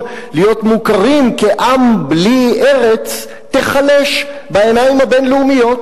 להיות מוכרים כעם בלי ארץ תיחלש בעיניים הבין-לאומיות.